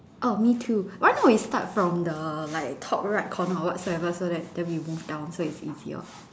oh me too why not we start from the like top right corner or whatsoever so that then we move down so is easier